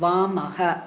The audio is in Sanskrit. वामः